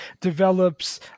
develops